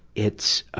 it's, ah